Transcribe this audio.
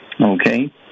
Okay